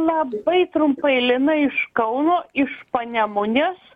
labai trumpai lina iš kauno iš panemunės